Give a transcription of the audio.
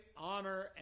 honor